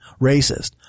racist